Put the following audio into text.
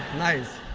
nice.